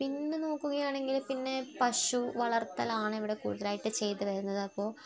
പിന്നെ നോക്കുകയാണെങ്കിൽ പിന്നെ പശു വളർത്തലാണ് എവിടെ കൂടുതലായിട്ട് ചെയ്ത് വരുന്നത് അപ്പോൾ